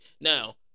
Now